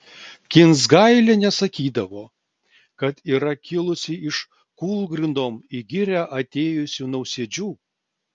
kinsgailienė sakydavo kad yra kilusi iš kūlgrindom į girią atėjusių nausėdžių